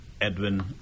Edwin